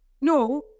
no